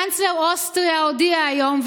קנצלר אוסטריה הודיע היום,